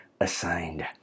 assigned